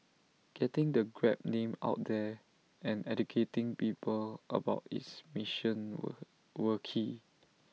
getting the grab name out there and educating people about its mission were were key